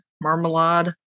Marmalade